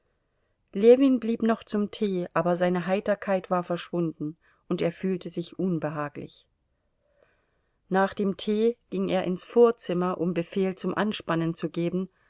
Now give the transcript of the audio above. ljewin blieb noch zum tee aber seine heiterkeit war verschwunden und er fühlte sich unbehaglich nach dem tee ging er ins vorzimmer um befehl zum anspannen zu geben